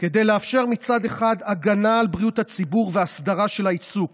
כדי לאפשר מצד אחד הגנה על בריאות הציבור והסדרה של העיסוק